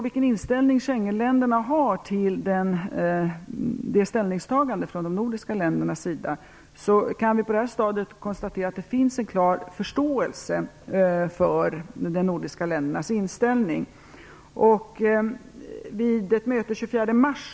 Vi kan på det här stadiet konstatera att det hos Schengenländerna finns en klar förståelse för detta ställningstagande från de nordiska ländernas sida.